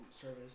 service